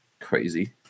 crazy